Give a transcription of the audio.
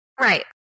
Right